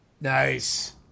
Nice